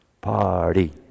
Party